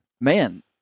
man